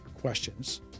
questions